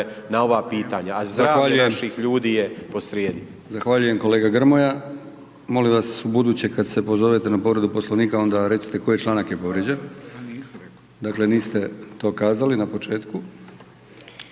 Zahvaljujem/…a zdravlje naših ljudi je po srijedi. **Brkić, Milijan (HDZ)** Zahvaljujem kolega Grmoja. Molim vas, ubuduće kad se pozovete na Povredu poslovnika, onda recite koji članak je povrijeđen, dakle, niste to kazali na početku,